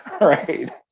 right